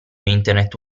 internet